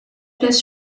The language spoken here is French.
pièce